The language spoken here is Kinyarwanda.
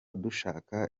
dushaka